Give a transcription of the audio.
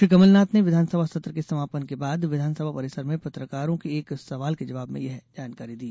श्री कमलनाथ ने विधानसभा सत्र के समापन के बाद विधानसभा परिसर में पत्रकारों के एक सवाल के जवाब में यह जानकारी दी